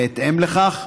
בהתאם לכך,